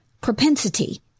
propensity